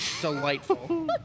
delightful